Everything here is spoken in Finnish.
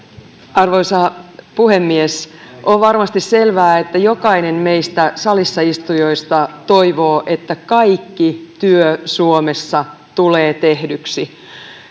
arvoisa puhemies on varmasti selvää että jokainen meistä salissa istujista toivoo että kaikki työ suomessa tulee tehdyksi